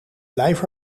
blijf